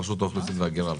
רשות האוכלוסין וההגירה,